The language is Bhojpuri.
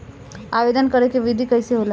आवेदन करे के विधि कइसे होला?